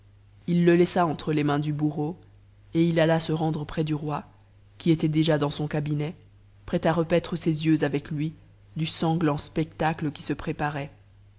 il le laissa entre les mains du bourreau et il alla se rendre près du roi qui était déjà dans son cabinet prêt à repaître ses yeux avec lui du sanglant spectacle qui se préparait